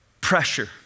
pressure